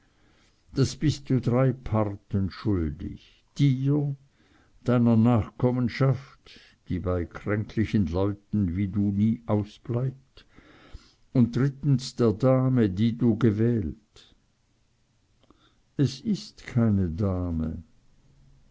das bist du drei parten schuldig dir deiner nachkommenschaft die bei kränklichen leuten wie du nie ausbleibt und drittens der dame die du gewählt es ist keine dame